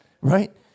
right